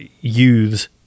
youths